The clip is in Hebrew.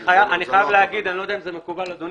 אני לא יודע אם זה מקובל אדוני,